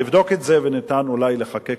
נבדוק את זה, וניתן אולי לחוקק